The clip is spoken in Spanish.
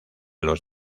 los